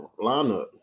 lineup